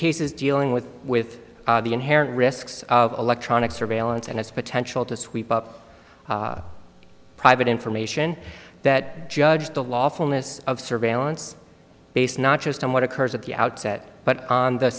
cases dealing with with the inherent risks of electronic surveillance and its potential to sweep up private information that judge the lawfulness of surveillance based not just on what occurs at the outset but on the